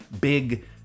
big